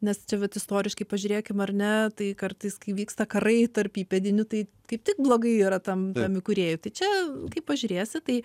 nes čia vat istoriškai pažiūrėkim ar ne tai kartais kai vyksta karai tarp įpėdinių tai kaip tik blogai yra tam tam įkūrėjui tai čia kaip pažiūrėsi tai